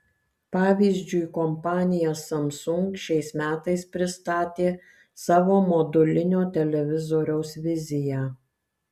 pavyzdžiui kompanija samsung šiais metais pristatė savo modulinio televizoriaus viziją